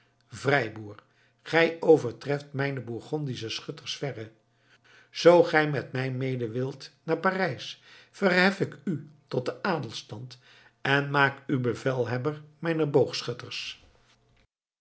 vrijboer gij overtreft mijne bourgondische schutters verre zoo gij met mij mede wilt naar parijs verhef ik u tot den adelstand en maak u bevelhebber mijner